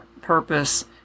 purpose